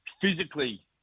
physically